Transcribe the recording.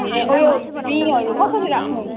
ए उयो बीँहरू कसरी राख्नुहुन्छ